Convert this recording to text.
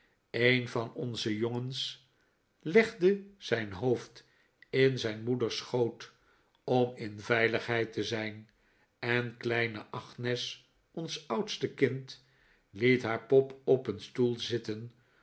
een van onze jongens legde zijn hoofd in zijn moeders schoot om in veiligheid te zijn en kleine agnes ons oudste kind liet haar pop op een stoel zitten